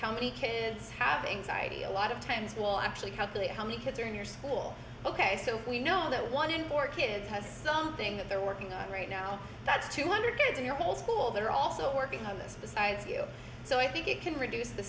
how many kids have anxiety a lot of times will actually calculate how many kids are in your school ok so we know that one in four kids has something that they're working on right now that's two hundred kids in your school that are also working on this besides you know so i think it can reduce the